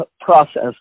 process